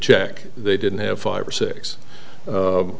check they didn't have five or six